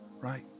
right